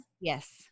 Yes